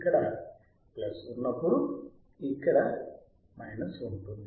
ఇక్కడ ప్లస్ ఉన్నప్పుడు ఇక్కడ మైనస్ ఉంటుంది